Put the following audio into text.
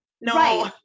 no